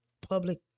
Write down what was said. public